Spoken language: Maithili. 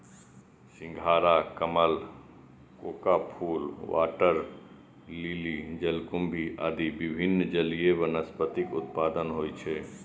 सिंघाड़ा, कमल, कोका फूल, वाटर लिली, जलकुंभी आदि विभिन्न जलीय वनस्पतिक उत्पादन होइ छै